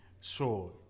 sure